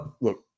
Look